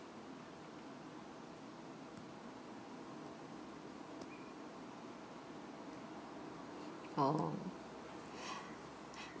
oh